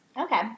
Okay